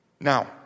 Now